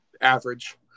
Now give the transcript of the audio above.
average